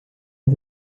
ist